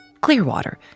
Clearwater